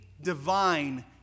divine